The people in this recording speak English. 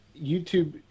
YouTube